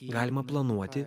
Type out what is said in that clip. galima planuoti